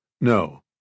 No